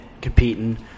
competing